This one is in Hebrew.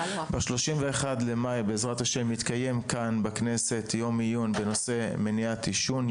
ב-31 במאי בעזרת ה' יתקיים כאן בכנסת יום עיון בנושא מניעת עישון,